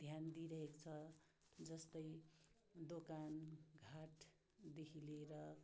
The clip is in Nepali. ध्यान दिइरहेको छ जस्तै दोकान घाटदेखि लिएर